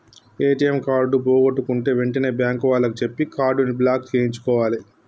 ATM card పోగొట్టుకుంటే వెంటనే bank వాళ్లకి చెప్పి కార్డుని బ్లాక్ చేయించుకోవాలే